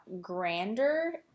grander